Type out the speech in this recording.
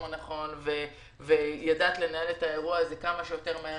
הנכון וידעת לנהל את האירוע הזה כמה שיותר מהר